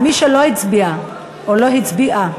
מי שלא הצביע או לא הצביעה.